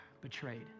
betrayed